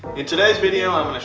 in today's video, i'm